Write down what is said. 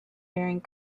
airing